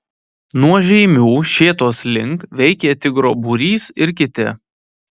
nuo žeimių šėtos link veikė tigro būrys ir kiti